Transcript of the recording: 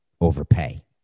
overpay